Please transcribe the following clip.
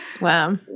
Wow